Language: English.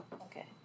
Okay